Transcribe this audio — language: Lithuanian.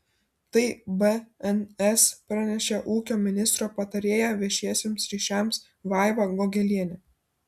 tai bns pranešė ūkio ministro patarėja viešiesiems ryšiams vaiva gogelienė